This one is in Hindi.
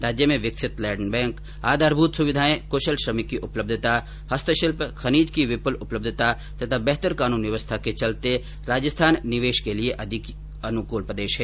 राज्य में विकसित लैण्ड बैंक आधारभूत सुविधाएं क्शल श्रमिक की उपलब्यता हस्तशिल्प खनिज की विपुल उपलब्यता तथा बेहतर कानून व्यवस्था के चलते राजस्थान निवेश के लिये अधिक अनुकूल प्रदेश बना है